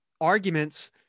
arguments